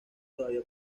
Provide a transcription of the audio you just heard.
todavía